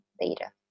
data